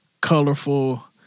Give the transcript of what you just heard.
colorful